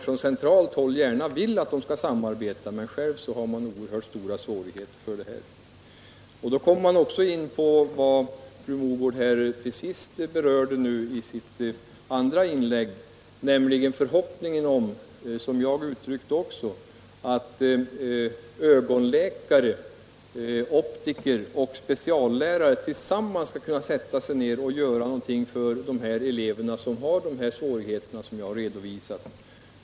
Från centralt håll vill man gärna att dessa skall samarbeta, medan man själv har ganska stora svårigheter när det gäller ett sådant samarbete. Man kommer då in på vad fru Mogård till sist berörde i sitt andra inlägg, nämligen förhoppningen om -— jag uttryckte själv en sådan — att ögonläkare, optiker och speciallärare tillsammans skall kunna sätta sig ned och göra något för de elever som har de svårigheter som jag har redovisat.